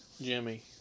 Jimmy